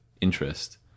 interest